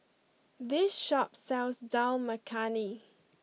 this shop sells Dal Makhani